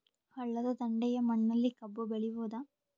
ಹಳ್ಳದ ದಂಡೆಯ ಮಣ್ಣಲ್ಲಿ ಕಬ್ಬು ಬೆಳಿಬೋದ?